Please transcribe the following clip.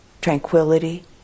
tranquility